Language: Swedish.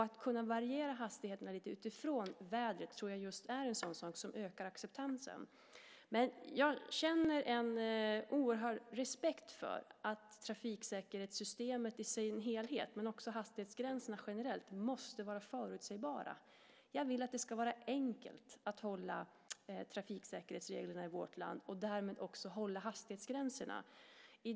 Att kunna variera hastigheterna utifrån vädret tror jag är en sådan sak som ökar acceptansen. Men jag känner en oerhörd respekt för att trafiksäkerhetssystemet i sin helhet, men också hastighetsgränserna generellt, måste vara förutsägbara. Jag vill att det ska vara enkelt att hålla trafiksäkerhetsreglerna i vårt land och därmed också hålla hastighetsgränserna.